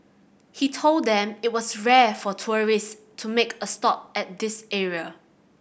he told them it was rare for tourist to make a stop at this area